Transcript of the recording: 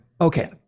Okay